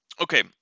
Okay